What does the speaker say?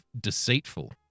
deceitful